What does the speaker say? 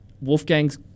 Wolfgang's